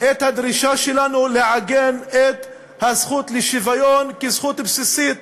את הדרישה שלנו לעגן את הזכות לשוויון כזכות בסיסית